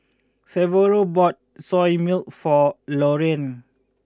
Severo bought Soya Milk for Lorrayne